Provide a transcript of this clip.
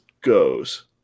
goes